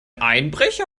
einbrecher